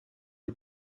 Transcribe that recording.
the